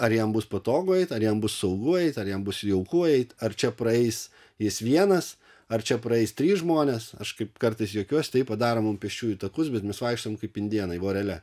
ar jam bus patogu eit ar jam bus saugu eit ar jam bus jauku eit ar čia praeis jis vienas ar čia praeis trys žmonės aš kaip kartais juokiuosi taip padaro mum pėsčiųjų takus bet mes vaikštome kaip indėnai vorele